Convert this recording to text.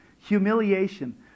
humiliation